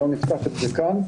לא נפתח את זה כאן,